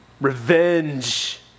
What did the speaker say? Revenge